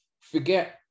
Forget